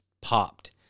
popped